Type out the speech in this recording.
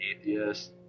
atheist